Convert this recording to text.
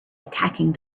attacking